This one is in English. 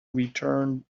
return